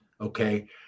Okay